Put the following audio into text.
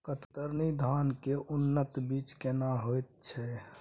कतरनी धान के उन्नत बीज केना होयत छै?